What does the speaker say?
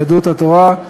יהדות התורה,